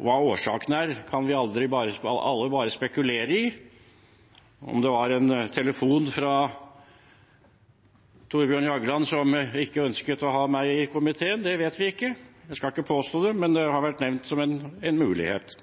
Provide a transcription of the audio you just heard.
Hva årsakene er, kan vi alle bare spekulere i. Om det var en telefon fra Thorbjørn Jagland, som ikke ønsket å ha meg i komiteen, det vet vi ikke. Jeg skal ikke påstå det, men det har vært nevnt som en mulighet.